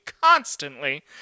constantly